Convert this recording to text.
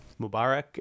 Mubarak